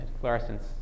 fluorescence